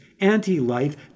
anti-life